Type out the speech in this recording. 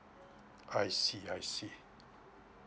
I see I see